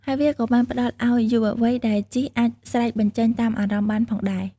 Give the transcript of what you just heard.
ហើយវាក៏បានផ្ដល់អោយយុវវ័យដែលជិះអាចស្រែកបញ្ចេញតាមអារម្មណ៍បានផងដែរ។